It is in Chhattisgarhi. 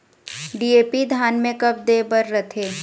डी.ए.पी धान मे कब दे बर रथे?